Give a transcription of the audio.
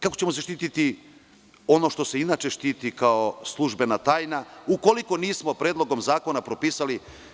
Kako ćemo zaštititi ono što se inače štiti kao službena tajna, ukoliko nismo predlogom zakona propisali?